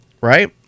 right